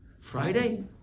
Friday